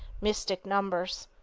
mystic numbers.